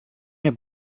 mir